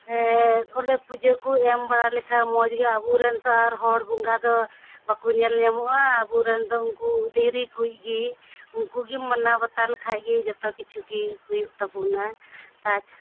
ᱚᱸᱰᱮ ᱯᱩᱡᱟᱹ ᱠᱚ ᱮᱢ ᱵᱟᱲᱟ ᱞᱮᱠᱷᱟᱱ ᱢᱚᱡᱽ ᱜᱮ ᱟᱵᱚᱨᱮᱱ ᱛᱚ ᱟᱨ ᱦᱚᱲ ᱵᱚᱸᱜᱟ ᱫᱚ ᱵᱟᱠᱚ ᱧᱮᱞ ᱧᱟᱢᱚᱜᱼᱟ ᱟᱵᱚᱨᱮᱱ ᱫᱚ ᱩᱱᱠᱩ ᱫᱷᱤᱨᱤ ᱠᱚᱜᱮ ᱩᱱᱠᱩ ᱜᱮ ᱢᱟᱱᱟᱣ ᱵᱟᱛᱟᱣ ᱞᱮᱠᱷᱟᱱ ᱜᱮ ᱡᱚᱛᱚ ᱠᱤᱪᱷᱩ ᱜᱮ ᱦᱩᱭᱩᱜ ᱛᱟᱚᱩᱱᱟ ᱠᱟᱡᱽ